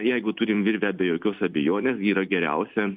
jeigu turim virvę be jokios abejonės ji yra geriausia